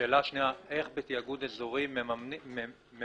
השאלה השנייה, איך בתיאגוד אזורי ממונים